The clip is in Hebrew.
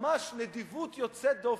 ממש נדיבות יוצאת דופן,